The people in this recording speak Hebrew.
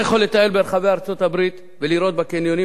אתה יכול לטייל ברחבי ארצות-הברית ולראות בקניונים,